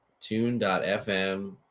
Tune.fm